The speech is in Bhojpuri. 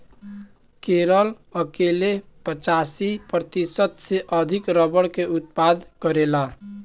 केरल अकेले पचासी प्रतिशत से अधिक रबड़ के उत्पादन करेला